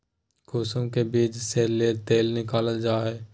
कुसुम के बीज से तेल निकालल जा हइ